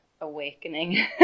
awakening